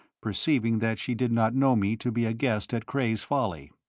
perceiving that she did not know me to be a guest at cray's folly.